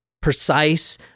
precise